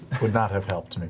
would not have helped me